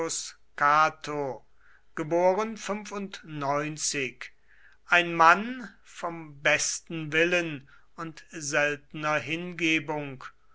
cato ein mann vom besten willen und seltener hingebung